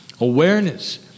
awareness